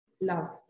love